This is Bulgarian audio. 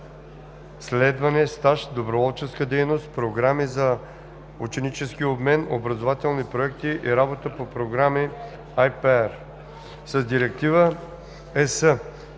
следване, стаж, доброволческа дейност, програми за ученически обмен или образователни проекти и работа по програми „au pair“. С